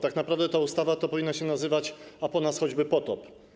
Tak naprawdę ta ustawa powinna się nazywać: a po nas choćby potop.